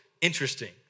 interesting